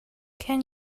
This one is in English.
can